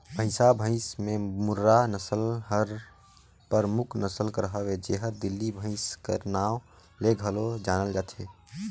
भंइसा भंइस में मुर्रा नसल हर परमुख नसल कर हवे जेहर दिल्ली भंइस कर नांव ले घलो जानल जाथे